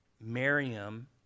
Miriam